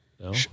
No